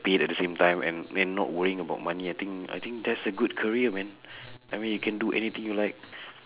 paid at the same time and and not worrying about money I think I think that's a good career man I mean you can do anything you like